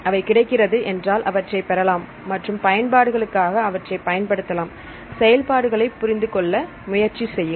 அவை கிடைக்கிறது என்றால் அவற்றைப் பெறலாம் மற்றும் பயன்பாடுகளுக்காக அவற்றைப் பயன்படுத்தலாம் செயல்பாடுகளைப் புரிந்து கொள்ள முயற்சி செய்யுங்கள்